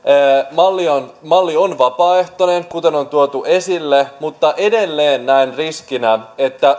malli on malli on vapaaehtoinen kuten on tuotu esille mutta edelleen näen riskinä että